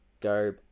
go